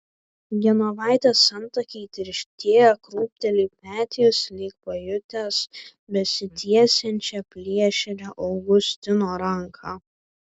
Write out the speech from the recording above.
genovaitės antakiai tirštėja krūpteli petys lyg pajutęs besitiesiančią plėšrią augustino ranką